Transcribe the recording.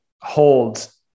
holds